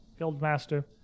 Guildmaster